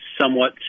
somewhat